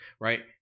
right